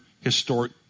historic